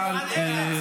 תודה רבה, אדוני